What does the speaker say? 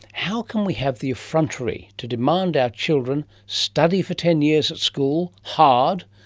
how can we have the affrontery to demand our children study for ten years at school hard.